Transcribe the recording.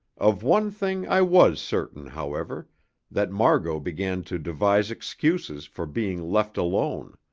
of one thing i was certain, however that margot began to devise excuses for being left alone.